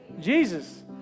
Jesus